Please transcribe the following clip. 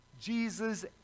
Jesus